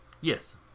Yes